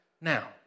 now